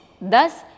Thus